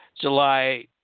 July